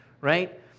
right